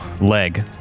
leg